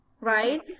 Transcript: right